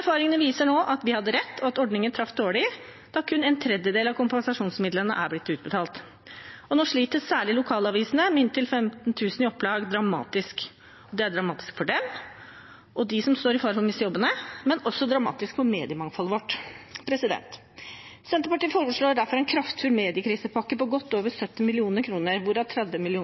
Erfaringene viser nå at vi hadde rett, og at ordningen traff dårlig, da kun en tredjedel av kompensasjonsmidlene er blitt utbetalt. Nå sliter særlig lokalavisene med inntil 15 000 i opplag dramatisk. Det er dramatisk for dem og for dem som står i fare for å miste jobbene, men det er også dramatisk for mediemangfoldet vårt. Senterpartiet foreslår derfor en kraftfull mediekrisepakke på godt over 70 mill. kr, hvorav 30 mill.